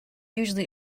usually